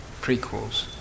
prequels